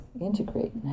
integrate